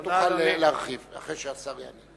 מייד תוכל להרחיב, אחרי שהשר יענה.